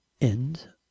End